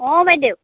অ বাইদেউ